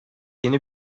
yeni